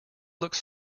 looks